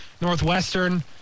Northwestern